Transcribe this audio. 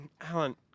Alan